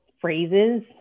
phrases